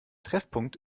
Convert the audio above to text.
treffpunkt